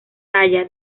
talla